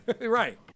Right